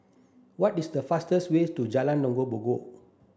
what is the fastest way to Jalan